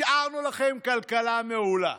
השארנו לכם כלכלה מעולה.